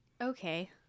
okay